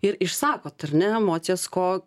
ir išsakot ar ne emocijas ko